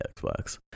xbox